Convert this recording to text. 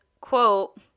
quote